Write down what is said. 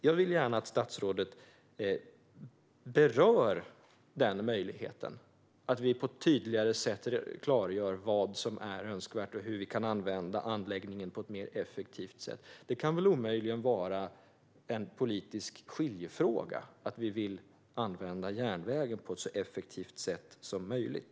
Jag vill gärna att statsrådet berör möjligheten att på ett tydligare sätt klargöra vad som är önskvärt och hur anläggningen kan användas på ett mer effektivt sätt. Det kan omöjligen vara en politisk skiljefråga att vi vill att järnvägen används på ett så effektivt sätt som möjligt.